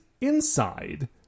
inside